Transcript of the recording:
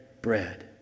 bread